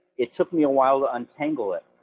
it took me a while to untangle it,